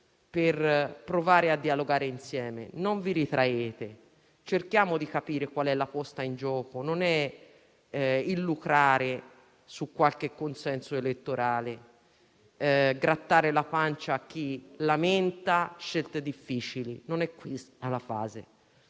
per provare a dialogare insieme; non vi ritraete e cerchiamo di capire qual è la posta in gioco. Non è il lucrare su qualche consenso elettorale, "grattare la pancia" a chi lamenta scelte difficili: non è questa la fase